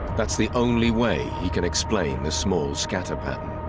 that's the only way he can explain the small scatter pen